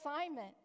assignment